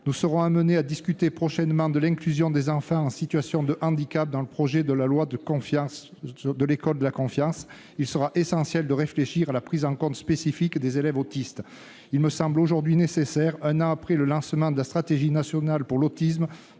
Nous serons amenés à discuter prochainement de l'inclusion des enfants en situation de handicap dans le projet de loi pour une école de la confiance. Il sera essentiel de réfléchir à la prise en compte spécifique des élèves autistes. Il me semble aujourd'hui nécessaire, un an après le lancement de la stratégie nationale pour l'autisme